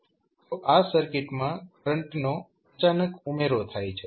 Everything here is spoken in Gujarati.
તો આ સર્કિટમાં કરંટનો અચાનક ઉમેરો થાય છે